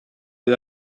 you